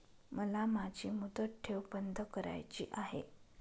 मला माझी मुदत ठेव बंद करायची आहे